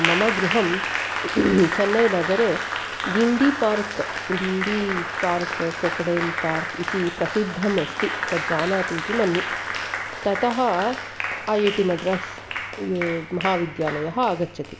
मम गृहं चेन्नैनगरे Guindy park Guindy park crocodile park इति प्रसिद्धम् अस्ति तज्जानाति इति मन्ये ततः ऐ ऐ टि मड्रास् यु महाविद्यालयः आगच्छति